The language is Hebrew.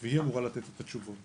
היא אמרה לתת את התשובות.